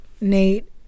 Nate